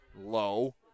low